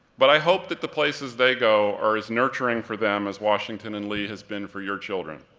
but i hope that the places they go are as nurturing for them as washington and lee has been for your children.